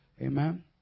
Amen